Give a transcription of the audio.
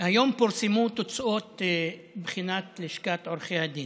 היום פורסמו תוצאות בחינת לשכת עורכי הדין.